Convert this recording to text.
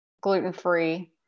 gluten-free